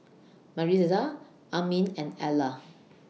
Maritza Armin and Ellar